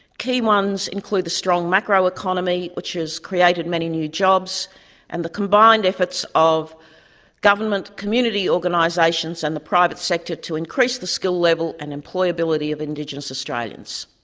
key ones include the strong macro-economy which has created many new jobs and the combined efforts by government, community organisations and the private sector to increase the skill level and employability of indigenous australians.